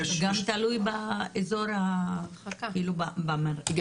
זה גם תלוי באזור ההרחקה, בגודל של האזור.